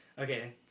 Okay